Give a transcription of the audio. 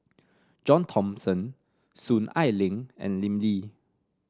John Thomson Soon Ai Ling and Lim Lee